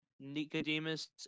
Nicodemus